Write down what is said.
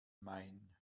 mein